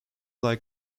like